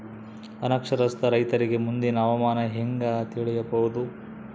ಅನಕ್ಷರಸ್ಥ ರೈತರಿಗೆ ಮುಂದಿನ ಹವಾಮಾನ ಹೆಂಗೆ ತಿಳಿಯಬಹುದು?